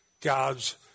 God's